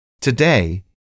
Today